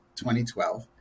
2012